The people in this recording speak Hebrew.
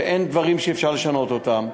ואין דברים שאפשר לשנות אותם.